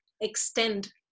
extend